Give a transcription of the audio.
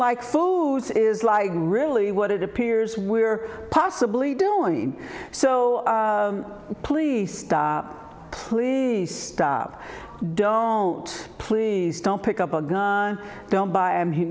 like foods is like really what it appears we're possibly doing so please stop please stop don't please don't pick up a gun don't buy